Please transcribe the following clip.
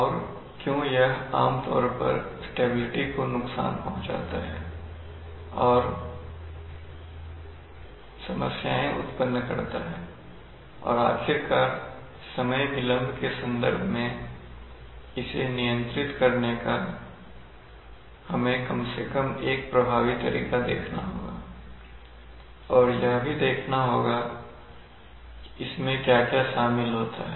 और क्यों यह आमतौर पर स्टेबिलिटी को नुकसान पहुंचाता है और समस्याएं उत्पन्न करता हैऔर आखिरकार समय विलंब के संदर्भ में इसे नियंत्रित करने का हमें कम से कम एक प्रभावी तरीका देखना होगा और यह भी देखना होगा इसमें क्या क्या शामिल होता है